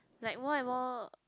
like more and more